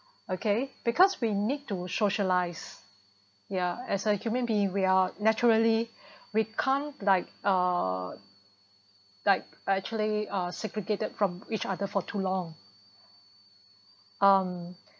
okay because we need to socialize yeah as a human being we are naturally we can't like uh like like actually uh segregated from each other for too long um